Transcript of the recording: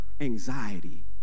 anxiety